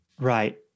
Right